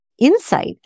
Insight